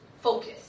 focus